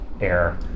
air